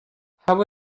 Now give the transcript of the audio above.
how